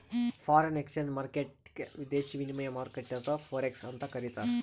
foreign exchange ಮಾರ್ಕೆಟ್ಗ್ ವಿದೇಶಿ ವಿನಿಮಯ ಮಾರುಕಟ್ಟೆ ಅಥವಾ ಫೋರೆಕ್ಸ್ ಅಂತ್ ಕರಿತಾರ್